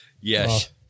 Yes